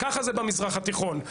ככה זה במזרח התיכון.